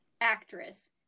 actress